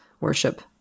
worship